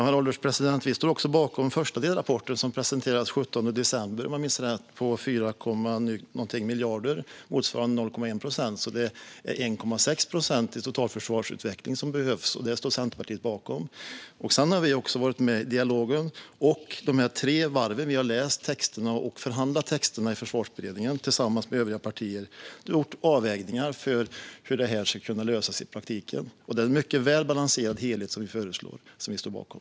Herr ålderspresident! Vi står också bakom den första delrapporten, som om jag minns rätt presenterades den 17 december. Där var beloppet drygt 4 miljarder, motsvarande 0,1 procent, så det är 1,6 procent i totalförsvarsutveckling som behövs. Det står Centerpartiet bakom. Vi har också varit med i dialogen i dessa tre varv. Vi har läst och förhandlat texterna tillsammans med övriga partier i Försvarsberedningen och gjort avvägningar för att kunna lösa detta i praktiken. Det är en mycket väl balanserad helhet som vi föreslår och står bakom.